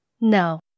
No